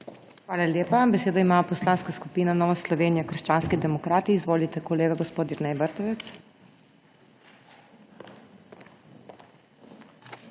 Hvala lepa. Besedo ima Poslanska skupina Nova Slovenija – krščanski demokrati. Izvolite, kolega gospod Jernej Vrtovec.